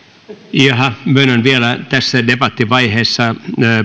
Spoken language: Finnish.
jaha myönnän vielä tässä debattivaiheessa